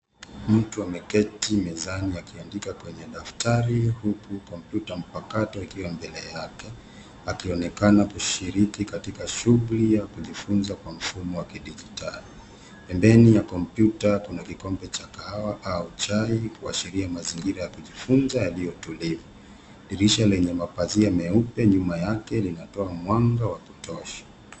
Mtu ameketi mezani akiandika kwenye daftari huku kompyuta mpakato ikiwa mbele yake akionekana kushiriki katika shughuli ya kujifunza kwa mfumo wa kidijitali. Pembeni ya kompyuta kuna kikombe cha kahawa au chai kuashiria mazingira ya kujifunza yaliyo tulivu. Dirisha lenye mapazia meupe nyuma yake linatoa mwanga wa kutosha.